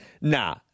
nah